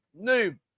noob